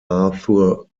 arthur